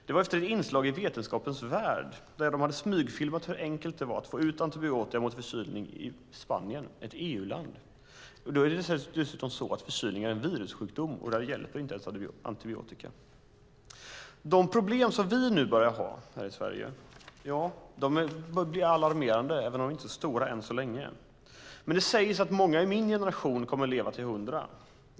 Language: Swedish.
Det var efter ett inslag i Vetenskapens värld , där de hade smygfilmat hur enkelt det var att få ut antibiotika mot förkylning i Spanien, alltså ett EU-land. Det är dessutom så att en förkylning är en virussjukdom, och där hjälper inte antibiotika. De problem som vi nu börjar få här i Sverige är alarmerande, även om de inte är så stora än så länge. Det sägs att många i min generation kommer att leva tills vi fyller hundra.